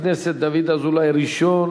כמו בית-שאן ואזורים